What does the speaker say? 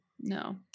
No